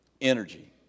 energy